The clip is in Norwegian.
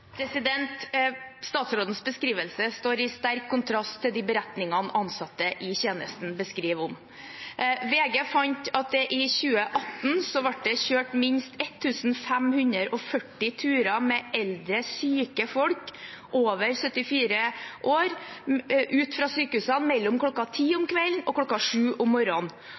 Statsrådens beskrivelse står i sterk kontrast til de beretningene ansatte i tjenesten beskriver. VG fant at det i 2018 ble kjørt minst 1 540 turer med eldre syke folk over 74 år ut fra sykehusene mellom kl. 22 og kl. 07, og